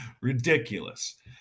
Ridiculous